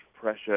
pressure